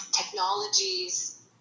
technologies